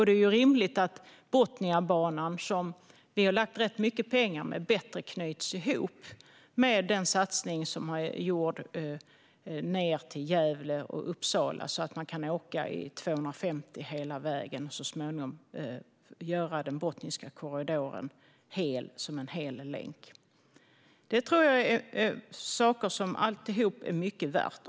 Det är rimligt att Botniabanan, som vi har lagt rätt mycket pengar på, bättre knyts ihop med den satsning som är gjord ned till Gävle och Uppsala, så att det går att åka i 250 hela vägen och så att man så småningom kan göra Botniska korridoren till en hel länk. Allt detta tror jag är mycket värt.